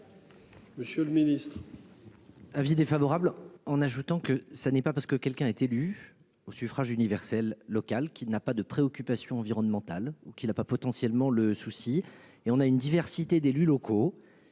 Monsieur le Ministre.